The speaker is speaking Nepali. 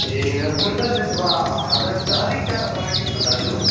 ए हुन्छ त्यसो भए हजार रुपियाँ अलिक ज्यादा बढाइदिनु न दाजु